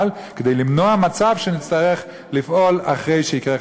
כדי למנוע מצב שנצטרך לפעול אחרי שיקרו,